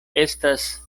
estas